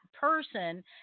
person